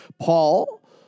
Paul